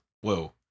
whoa